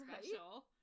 special